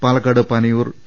Palakkad Panayur T